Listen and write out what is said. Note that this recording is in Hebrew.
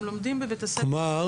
הם לומדים בבית הספר --- כלומר,